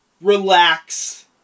relax